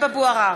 טלב אבו עראר,